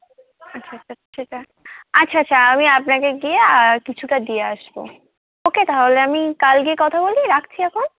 আচ্ছা আচ্ছা আমি আপনাকে কিছুটা দিয়ে আসবো ওকে তাহলে আমি কাল গিয়ে কথা বলি রাখছি এখন